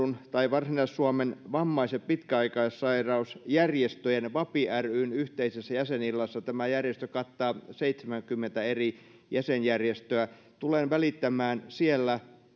varsinais suomen vammais ja pitkäaikaissairausjärjestöjen vapi ryn yhteisessä jäsenillassa tämä järjestö kattaa seitsemänkymmentä eri jäsenjärjestöä tulen välittämään sinne